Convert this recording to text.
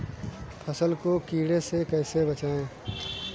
फसल को कीड़े से कैसे बचाएँ?